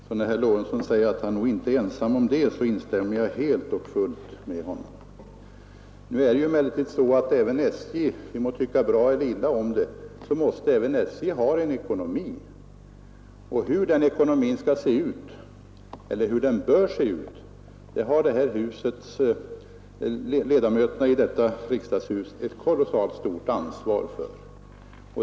Så när herr Lorentzon säger att han inte är ensam om det, instämmer jag helt och fullt med honom. Nu är det dock så att även SJ har en ekonomi — vi må tycka bra eller illa om det. Hur den ekonomin skall se ut har ledamöterna i detta riksdagshus ett kolossalt stort ansvar för.